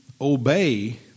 obey